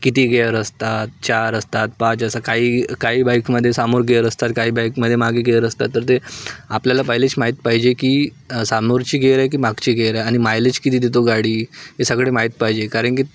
किती गेअर असतात चार असतात पाच असं काही काही बाईकमध्ये सामोर गेअर असतात काही बाईकमध्ये मागे गेअर असतात तर ते आपल्याला पहिलेच माहीत पाहिजे की सामोरची गेअर आहे की मागची गेअर आहे आणि मायलेज किती देतो गाडी हे सगळे माहीत पाहिजे कारण की